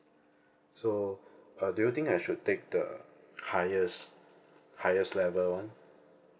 so uh do you think I should take the highest highest level [one]